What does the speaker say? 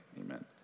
Amen